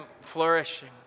flourishing